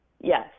Yes